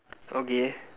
okay